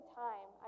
time